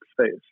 space